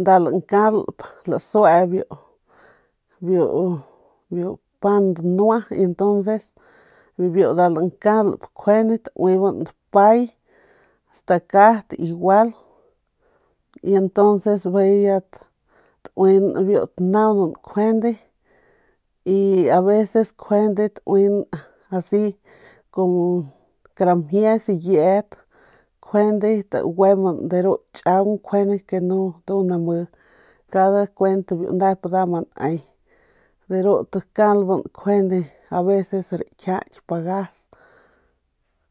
Nda lancalp nda lsue biu biu biu pan dnua entoces bibiu nda lankalp kjuende tueban dpay stacat y igual y entonces bijiy tauin biu tanaunan kjuende y aveces taue nkjuende kara mjie diyet kjuende taguemp de ru chaung ke nu nami kada nep kuent nep ma ne de ru takalban aveces rakjial pagas